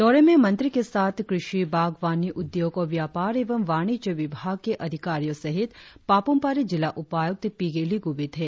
दौरे में मंत्री के साथ कृषि बागवानी उद्योग और व्यापार एवं वाणिज्य विभाग के अधिकारियों सहित पाप्रम पारे जिला उपायुक्त पीगे लिगु भी थे